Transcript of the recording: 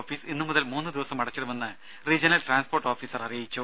office ഇന്നുമുതൽ മൂന്നു ദിവസം അടച്ചിടുമെന്ന് റീജ്യനൽ ട്രാൻസ്പോർട്ട് ഓഫീസർ അറിയിച്ചു